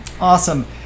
Awesome